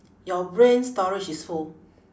your brain storage is full